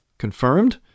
confirmed